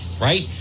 right